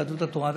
יהדות התורה,